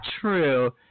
true